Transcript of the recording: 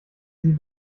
sie